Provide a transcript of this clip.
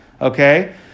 Okay